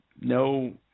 no